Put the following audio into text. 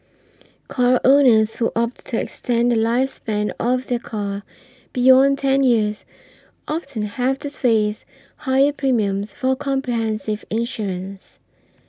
car owners who opt to extend the lifespan of their car beyond ten years often have to face higher premiums for comprehensive insurance